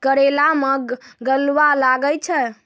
करेला मैं गलवा लागे छ?